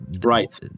Right